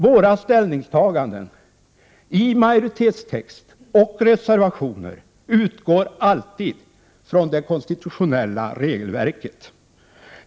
Våra ställningstaganden i majoritetstext och reservationer utgår alltid från det konstitutionella regelverket.